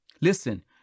Listen